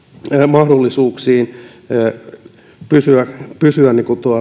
mahdollisuuksiin pysyä pysyä